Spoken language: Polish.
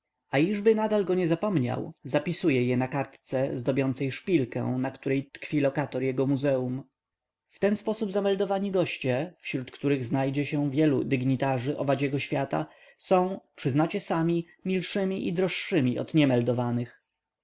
biblioteka a iżby nadal go nie zapomniał zapisuje je na kartce zdobiącej szpilkę na której tkwi lokator jego muzeum w ten sposób zameldowani goście wśród których znajdzie się wielu dygnitarzy owadziego świata są przyznacie sami milszymi i droższymi od